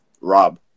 Rob